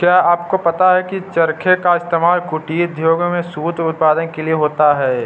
क्या आपको पता है की चरखे का इस्तेमाल कुटीर उद्योगों में सूत उत्पादन के लिए होता है